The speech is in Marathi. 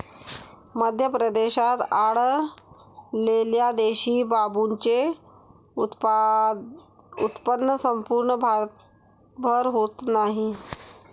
मध्य प्रदेशात आढळलेल्या देशी बांबूचे उत्पन्न संपूर्ण भारतभर होत नाही